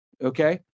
okay